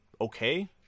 okay